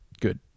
good